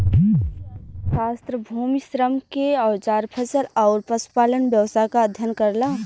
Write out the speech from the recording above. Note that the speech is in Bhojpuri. कृषि अर्थशास्त्र भूमि, श्रम, कृषि के औजार फसल आउर पशुपालन व्यवसाय क अध्ययन करला